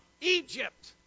Egypt